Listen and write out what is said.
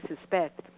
suspect